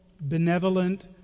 benevolent